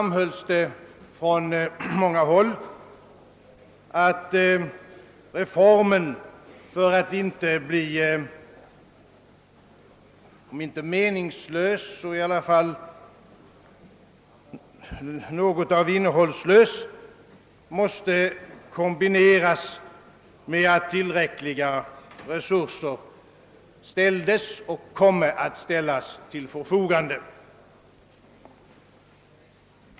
många håll, att reformen för att ej bli, om inte meningslös, så i alla fall i viss mån innehållslös, måste kombineras med att tillräckliga resurser ställdes och komme att ställas till förfogande.